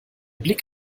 blick